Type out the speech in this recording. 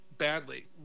badly